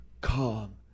calm